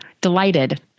delighted